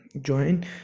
join